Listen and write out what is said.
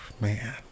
man